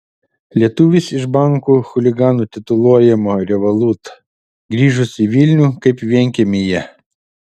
lietuvis iš bankų chuliganu tituluojamo revolut grįžus į vilnių kaip vienkiemyje